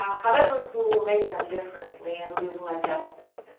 however we'll make them differently and we will adjust